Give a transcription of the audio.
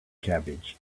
cabbage